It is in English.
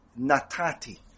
natati